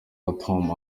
atom